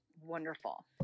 wonderful